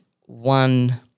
one